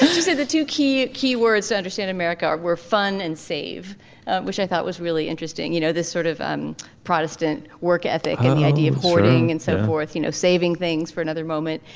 you see the two key keywords understand america were fun and save which i thought was really interesting you know this sort of um protestant work ethic and the idea of hoarding and so forth you know saving things for another moment.